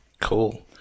cool